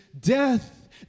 death